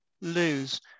lose